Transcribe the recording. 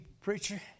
preacher